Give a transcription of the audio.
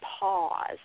pause